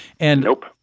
Nope